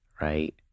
right